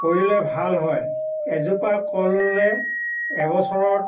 কৰিলে ভাল হয় এজোপা কল ৰুলে এবছৰত